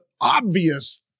obvious